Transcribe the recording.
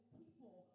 people